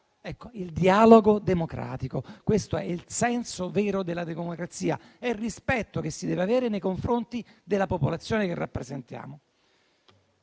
Aula, il dialogo democratico. Questo è il senso vero della democrazia: il rispetto che si deve avere nei confronti della popolazione che rappresentiamo.